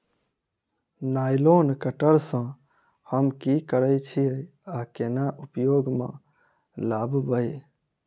Nylon cutter सँ हम की करै छीयै आ केना उपयोग म लाबबै?